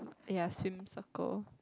ya swim circle